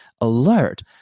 alert